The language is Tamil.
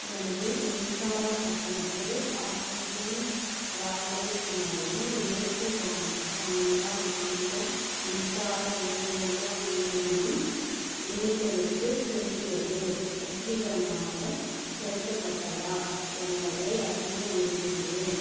எனது மின்சாரக் கட்டணத்தை ஆக்ஸிஜன் வாலெட் மூலம் மேற்கு வங்க மாநில மின்சார விநியோக நிறுவனம் லிமிட்டெடுக்கு செலுத்தியது வெற்றிகரமாக செலுத்தப்பட்டதா என்பதை அறிய விரும்புகிறேன்